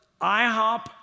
IHOP